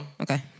Okay